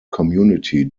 community